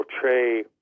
portray